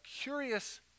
curious